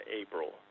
April